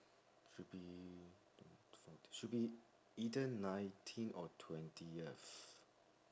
should be should be either nineteen or twentieth